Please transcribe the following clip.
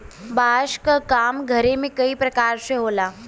बांस क काम घरे में कई परकार से होला